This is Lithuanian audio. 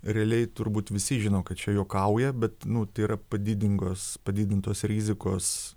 realiai turbūt visi žino kad čia juokauja bet nu tai yra padidingos padidintos rizikos